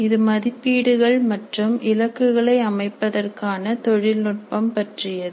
இது மதிப்பீடுகள் மற்றும் இலக்குகளை அமைப்பதற்கான தொழில்நுட்பம் பற்றியது